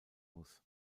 muss